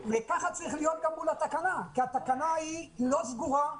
וככה צריך להיות גם מול התקנה כי התקנה היא לא סגורה,